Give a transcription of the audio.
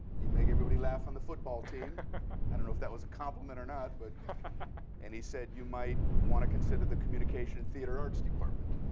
you make everybody laugh on the football i don't know if that was a compliment or not. but and he said, you might want to consider the communication in theater arts department,